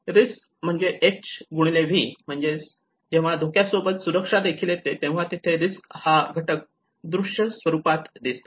risk H V म्हणजेच जेव्हा धोक्या सोबत सुरक्षा देखील येते तेव्हा तिथे रिस्क हा घटक दृश्य स्वरूपात दिसतो